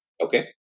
Okay